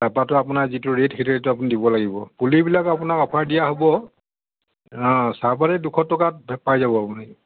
চাহপাতটো আপোনাৰ যিটো ৰেট সেইটো ৰেটত আপুনি দিব লাগিব পুলিবিলাক আপোনাৰ অ'ফাৰ দিয়া হ'ব অঁ চাহপাত এই দুশ টকাত পাই যাব আপুনি